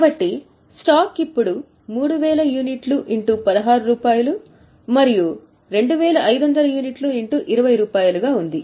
కాబట్టి స్టాక్ ఇప్పుడు 3000 x 16 మరియు 2500 x 20 గా ఉంది